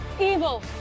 Evil